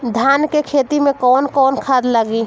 धान के खेती में कवन कवन खाद लागी?